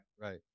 Right